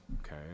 okay